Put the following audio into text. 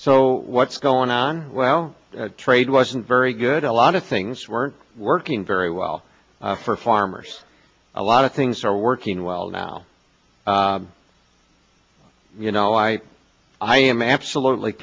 so what's going on well trade wasn't very good a lot of things weren't working very well for farmers a lot of things are working well now you know i i am absolutely